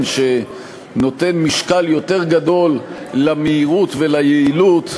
שנותן משקל יותר גדול למהירות וליעילות,